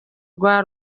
rwa